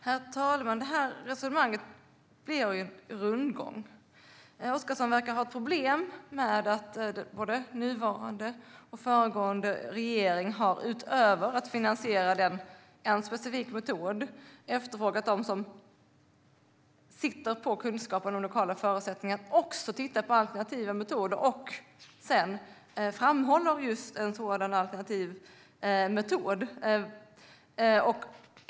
Herr talman! Det blir en rundgång i resonemanget. Oscarsson verkar ha problem med att både nuvarande och föregående regering har, utöver att finansiera en specifik metod, efterfrågat att de som sitter på kunskapen om lokala förutsättningar också tittar på alternativa metoder. Sedan framhåller han just en sådan alternativ metod.